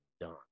done